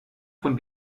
von